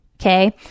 okay